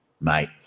mate